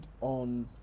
on